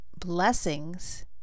Blessings